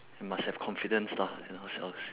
we must have confidence lah in ourselves